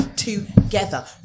Together